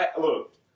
Look